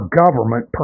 government